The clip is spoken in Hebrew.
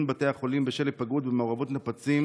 בתי החולים בשל היפגעות ומעורבות נפצים